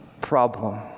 problem